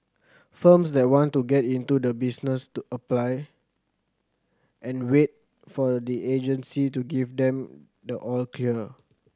firms that want to get into the business to apply and wait for the agency to give them the all clear